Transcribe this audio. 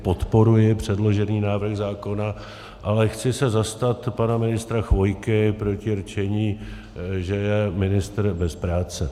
Podporuji předložený návrh zákona, ale chci se zastat pana ministra Chvojky proti rčení, že je ministr bez práce.